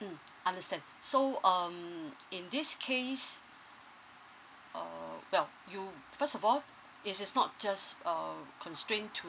mm understand so um in this case uh well you first of all it is not just uh constrained to